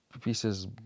pieces